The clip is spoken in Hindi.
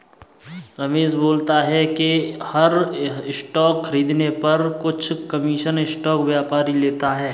रमेश बोलता है कि हर स्टॉक खरीदने पर कुछ कमीशन स्टॉक व्यापारी लेता है